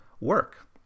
work